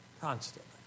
constantly